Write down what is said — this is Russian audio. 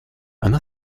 она